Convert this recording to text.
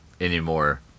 anymore